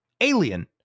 alien